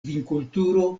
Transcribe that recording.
vinkulturo